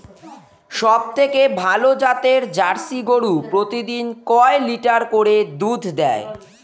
সবথেকে ভালো জাতের জার্সি গরু প্রতিদিন কয় লিটার করে দুধ দেয়?